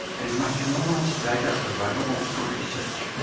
and make anonymous data available for research.